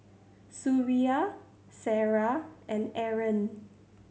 Suria Sarah and Aaron